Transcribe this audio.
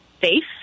safe